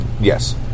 Yes